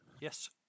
Yes